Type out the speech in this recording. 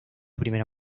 primera